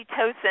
oxytocin